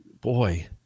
boy